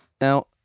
now